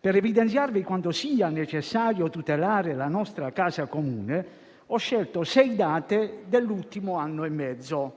Per evidenziarvi quanto sia necessario tutelare la nostra casa comune, ho scelto sei date dell'ultimo anno e mezzo.